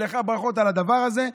לך ברכות על הדבר הזה,